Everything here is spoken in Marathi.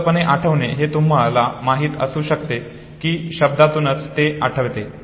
मुक्तपणे आठवणे हे तुम्हाला माहित असू शकते की शब्दातूनच ते आठवते